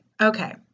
okay